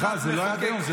סליחה, זה לא היה עד היום.